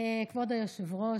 כבוד היושב-ראש,